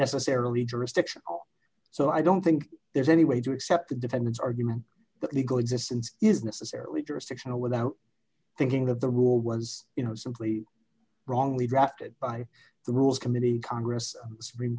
necessarily jurisdiction so i don't think there's any way to accept the defendant's argument that legal existence is necessarily jurisdictional without thinking that the rule was you know simply wrongly drafted by the rules committee congress s